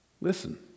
Listen